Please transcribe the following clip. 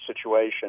situation